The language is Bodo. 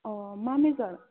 अ' मा मेजर